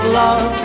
love